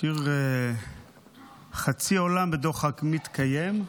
"חצי עולם בדוחק מתקיים,